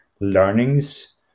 learnings